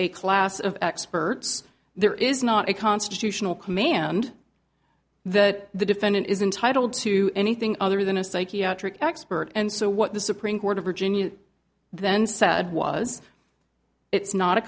a class of experts there is not a constitutional command that the defendant is entitled to anything other than a psychiatric expert and so what the supreme court of virginia then said was it's not a